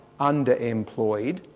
underemployed